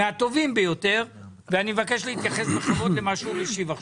אני מבקש להתייחס בכבוד למה שהוא משיב עכשיו.